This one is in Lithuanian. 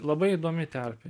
labai įdomi terpė